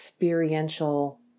experiential